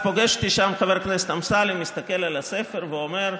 באותם ימים שימש חבר הכנסת אמסלם יושב-ראש הקואליציה,